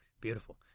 Beautiful